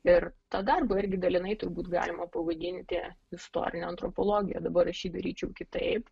ir tą darbą irgi dalinai turbūt galima pavadinti istorine antropologija dabar aš jį daryčiau kitaip